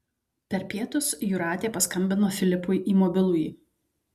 per pietus jūratė paskambino filipui į mobilųjį